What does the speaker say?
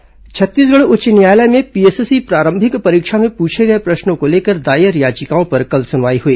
PSC परीक्षा छत्तीसगढ़ उच्च न्यायालय में पीएससी प्रारंभिक परीक्षा में पूछे गए प्रश्नों को लेकर दायर याचिकाओं पर कल सुनवाई हुई